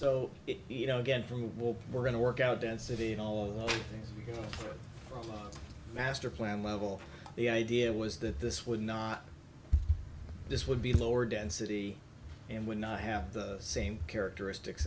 so you know again from what we're going to work out density and all of the master plan level the idea was that this would not this would be lower density and would not have the same characteristics